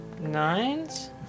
Nines